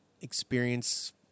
experience